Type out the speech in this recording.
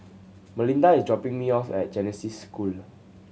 Melinda is dropping me off at Genesis School